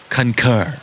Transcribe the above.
Concur